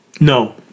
no